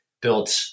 built